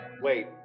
Wait